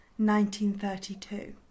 1932